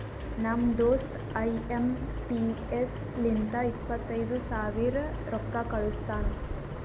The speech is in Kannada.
ನಮ್ ದೋಸ್ತ ಐ ಎಂ ಪಿ ಎಸ್ ಲಿಂತ ಇಪ್ಪತೈದು ಸಾವಿರ ರೊಕ್ಕಾ ಕಳುಸ್ತಾನ್